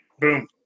Boom